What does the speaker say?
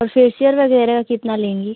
और फे़सियल वगैरह कितना लेंगी